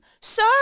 sir